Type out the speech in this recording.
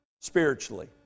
spiritually